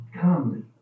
calmly